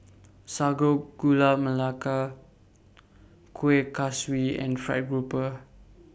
Sago Gula Melaka Kuih Kaswi and Fried Grouper